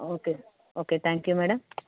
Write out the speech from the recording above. okay okay thank you madam